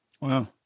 Wow